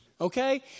okay